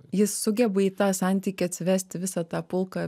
jis sugeba į tą santykį atsivesti visą tą pulką